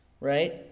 right